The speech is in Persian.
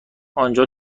آنجا